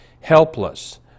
Helpless